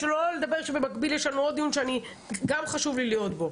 שלא נדבר על כך שהמקביל יש לנו עוד דיון שגם חשוב לי להיות בו.